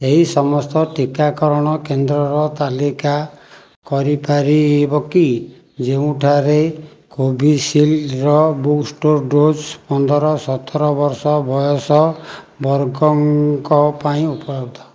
ସେହି ସମସ୍ତ ଟିକାକରଣ କେନ୍ଦ୍ରର ତାଲିକା କରିପାରିବ କି ଯେଉଁଠାରେ କୋଭିସୀଲ୍ଡ୍ ର ବୁଷ୍ଟର୍ ଡୋଜ୍ ପନ୍ଦର ସତର ବର୍ଷ ବୟସ ବର୍ଗଙ୍କ ପାଇଁ ଉପଲବ୍ଧ